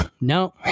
no